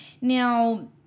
Now